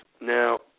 now